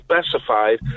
specified